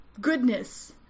goodness